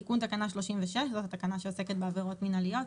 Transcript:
תיקון תקנה 36 זאת התקנה שעוסקת בעבירות מינהליות.